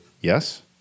yes